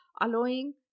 allowing